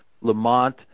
Lamont